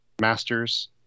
masters